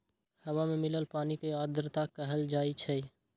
हवा में मिलल पानी के आर्द्रता कहल जाई छई